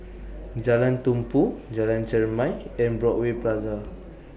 Jalan Tumpu Jalan Chermai and Broadway Plaza